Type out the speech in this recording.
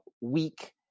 weak